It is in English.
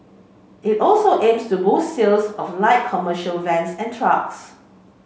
it also aims to boost sales of light commercial vans and trucks